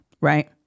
right